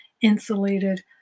insulated